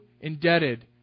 indebted